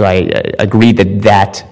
agreed to that